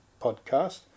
podcast